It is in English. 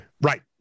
Right